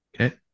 Okay